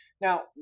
Now